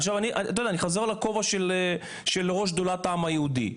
עכשיו, אני חוזר לכובע של ראש שדולת העם היהודי.